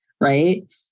right